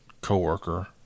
co-worker